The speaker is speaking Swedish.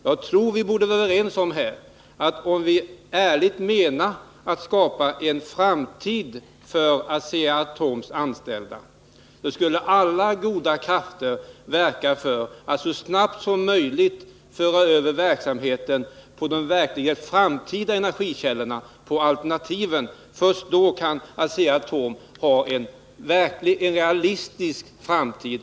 Jag tror att vi borde kunna vara överens om att om vi ärligt menar att vi vill trygga framtiden för Asea-Atoms anställda, så borde alla goda krafter verka för att så snabbt som möjligt föra över verksamheten på de framtida energikällorna, på alternativen. Först då kan Asea-Atom få en realistisk framtid.